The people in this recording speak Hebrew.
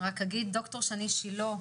ד"ר שני שילה,